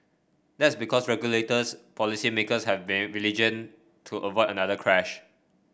that's because regulators policy makers have been vigilant to avoid another crash